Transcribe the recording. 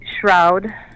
shroud